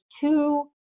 two